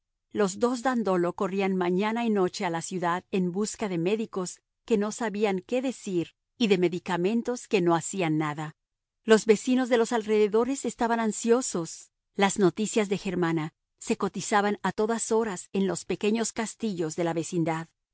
los dos dandolo corrían mañana y noche a la ciudad en busca de médicos que no sabían qué decir y de medicamentos que no hacían nada los vecinos de los alrededores estaban ansiosos las noticias de germana se cotizaban a todas horas en los pequeños castillos de la vecindad